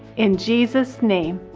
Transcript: in jesus name.